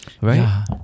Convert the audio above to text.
Right